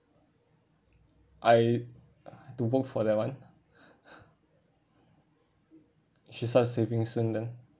I to book for that [one] should start saving soon then